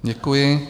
Děkuji.